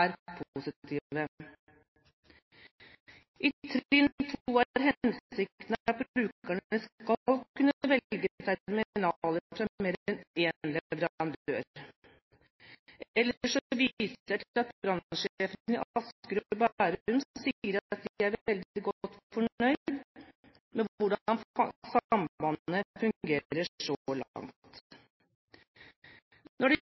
er positive. I trinn 2 er hensikten at brukerne skal kunne velge terminaler fra mer enn én leverandør. Ellers viser jeg til at brannsjefen i Asker og Bærum sier at de er veldig godt fornøyd med hvordan sambandet fungerer så langt. Når det gjelder brannvesenet i Oslo, vet vi at de